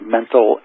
Mental